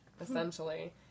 essentially